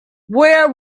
where